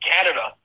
Canada